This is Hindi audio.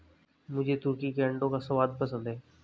मुझे तुर्की के अंडों का स्वाद पसंद है